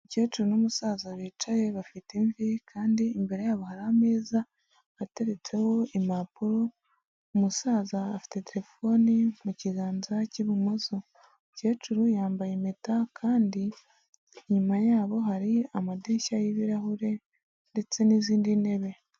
Umukecuru n'umusaza bicaye bafite imvi kandi imbere yabo hari ameza ateretseho impapuro, umusaza afite telefone mu kiganza cy'ibumoso, umukecuru yambaye impeta kandi inyuma yabo hari amadirishya y'ibirahure ndetse n'izindi ntebe.